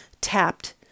tapped